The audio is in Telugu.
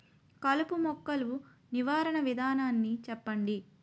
కలుపు మొక్కలు నివారణ విధానాన్ని చెప్పండి?